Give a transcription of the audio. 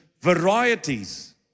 varieties